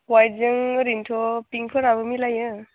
वाइटजों ओरैनोथ' पिंकफोराबो मिलायो